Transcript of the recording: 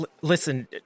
Listen